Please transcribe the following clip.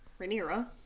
Rhaenyra